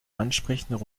ansprechend